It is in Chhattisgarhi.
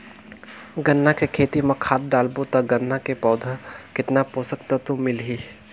गन्ना के खेती मां खाद डालबो ता गन्ना के पौधा कितन पोषक तत्व मिलही?